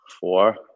Four